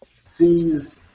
sees